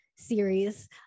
series